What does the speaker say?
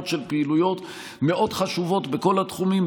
של פעילויות מאוד חשובות בכל התחומים,